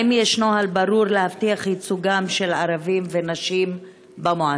2. האם יש נוהל ברור להבטיח ייצוגם של ערבים ונשים במועצה?